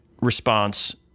response